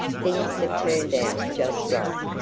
things have turned out just right.